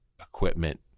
equipment